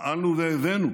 פעלנו והבאנו